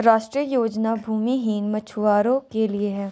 राष्ट्रीय योजना भूमिहीन मछुवारो के लिए है